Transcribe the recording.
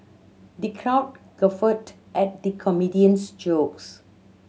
the crowd guffawed at the comedian's jokes